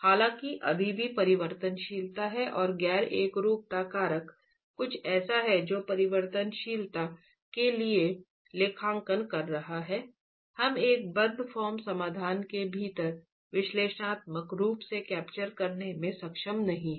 हालांकि अभी भी परिवर्तनशीलता है और गैर एकरूपता कारक कुछ ऐसा है जो परिवर्तनशीलता के लिए लेखांकन कर रहा है कि हम एक बंद फॉर्म समाधान के भीतर विश्लेषणात्मक रूप से कैप्चर करने में सक्षम नहीं हैं